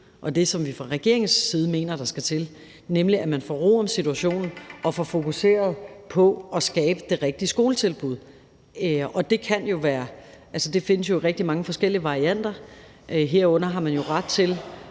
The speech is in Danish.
og det, som vi fra regeringens side mener der skal til, nemlig at man får ro om situationen og får fokuseret på at skabe det rigtige skoletilbud. Det findes i rigtig mange forskellige varianter, herunder har man jo ret til